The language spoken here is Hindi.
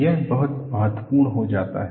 यह बहुत महत्वपूर्ण हो जाता है